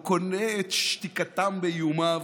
הוא קונה את שתיקתם באיומיו.